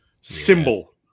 symbol